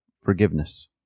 forgiveness